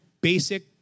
basic